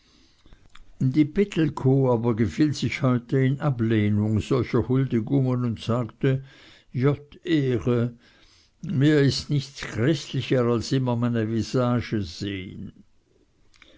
die pittelkow aber gefiel sich heute in ablehnung solcher huldigungen und sagte jott ehre mir ist nichts jräßlicher als immer meine visage sehn